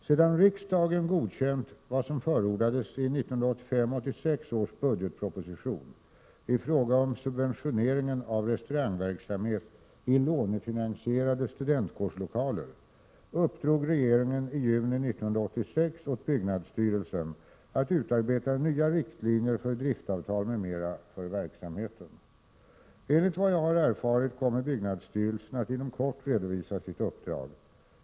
Sedan riksdagen godkänt vad som förordades i 1985/86 års budgetproposition i fråga om subventioneringen av restaurangverksamhet i lånefinansierade studentkårslokaler uppdrog regeringen i juni 1986 åt byggnadsstyrelsen att utarbeta nya riktlinjer för driftavtal m.m. för verksamheten. Enligt vad jag har erfarit kommer byggnadsstyrelsen att inom kort redovisa sitt uppdrag.